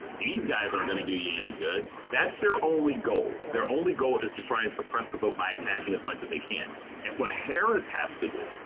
these guys are going to do you any good. that's their only goal. their only goal is to try and suppress the vote by attacking as much as they can at what harris has to do,